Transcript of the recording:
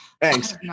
Thanks